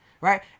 Right